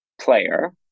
player